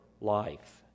life